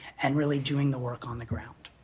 and really doing the work on the ground.